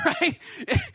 Right